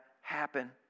happen